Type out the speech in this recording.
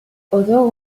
although